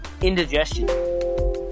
Indigestion